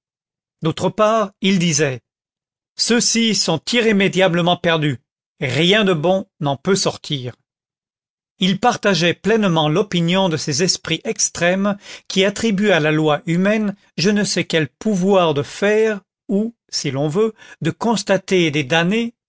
d'autre part il disait ceux-ci sont irrémédiablement perdus rien de bon n'en peut sortir il partageait pleinement l'opinion de ces esprits extrêmes qui attribuent à la loi humaine je ne sais quel pouvoir de faire ou si l'on veut de constater des damnés